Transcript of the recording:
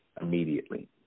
immediately